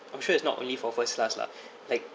I'm sure it's not only for first class lah like